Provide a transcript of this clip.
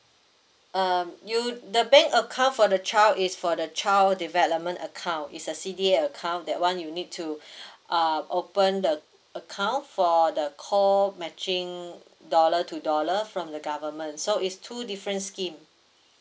um you the bank account for the child is for the child development account is a C_D_A account that [one] you need to uh open the account for the co matching dollar to dollar from the government so is two different scheme